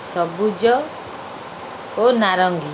ସବୁଜ ଓ ନାରଙ୍ଗୀ